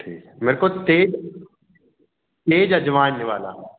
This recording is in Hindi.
ठीक है मेरे को तेज़ तेज़ अजवाइन वाला